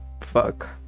Fuck